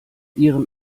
ihrem